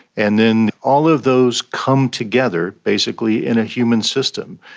and then all of those come together basically in a human system.